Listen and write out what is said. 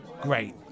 Great